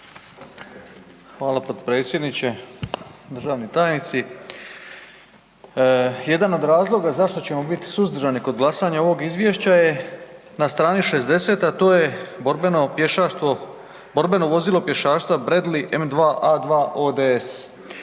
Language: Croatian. Hvala potpredsjedniče. Državni tajnici. Jedan od razloga zašto ćemo biti suzdržani kod glasanja ovog Izvješća je na strani 60, a to je borbeno pješaštvo, borbeno vozilo pješaštva Bradley M2-A2-ODS